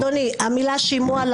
המילה שימוע,